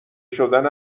شدن